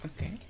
okay